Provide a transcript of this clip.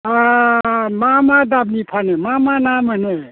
अ मा मा दामनि फानो मा मा ना मोनो